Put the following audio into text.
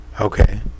okay